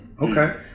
Okay